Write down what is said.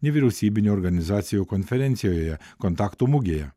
nevyriausybinių organizacijų konferencijoje kontaktų mugėje